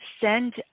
send